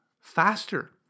faster